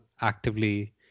actively